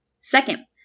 Second